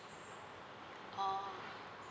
oh